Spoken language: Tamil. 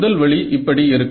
முதல் வழி இப்படி இருக்கும்